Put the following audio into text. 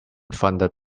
funded